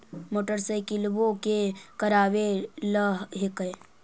मोटरसाइकिलवो के करावे ल हेकै?